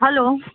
hello